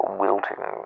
wilting